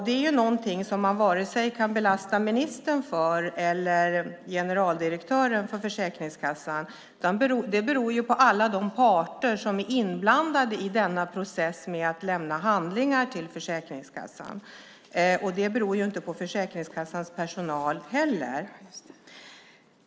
Det kan man varken belasta ministern eller Försäkringskassans generaldirektör för, och inte heller Försäkringskassans personal. Förseningarna beror på alla de parter som är inblandade i processen med att lämna in handlingar till Försäkringskassan.